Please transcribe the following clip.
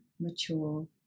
mature